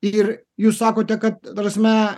ir jūs sakote kad ta prasme